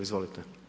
Izvolite.